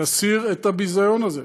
תסיר את הביזיון הזה.